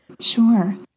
Sure